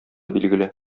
билгеле